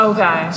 Okay